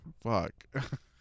fuck